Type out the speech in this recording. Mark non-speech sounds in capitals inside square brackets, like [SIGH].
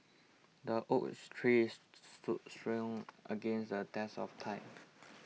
the oak tree [UNINTELLIGIBLE] strong against the test of time